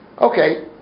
okay